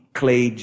clay